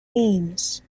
themes